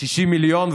60 מיליון,